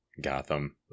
Gotham